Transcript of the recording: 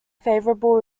favourable